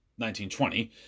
1920